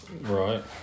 Right